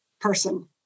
person